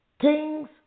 Kings